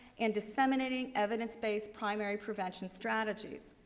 and disseminating evidence-based primary prevention strategies.